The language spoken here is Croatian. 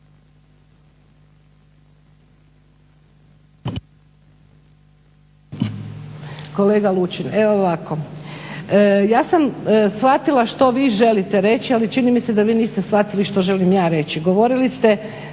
Kolega Lučin evo ovako ja sam shvatila što vi želite reći, ali čini mi se da vi niste shvatili što želim ja reći.